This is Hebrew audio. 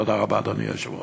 תודה רבה, אדוני היושב-ראש.